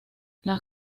las